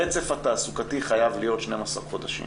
הרצף התעסוקתי חייב להיות 12 חודשים.